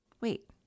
Wait